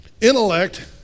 intellect